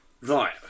Right